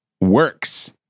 works